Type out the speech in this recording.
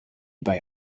bei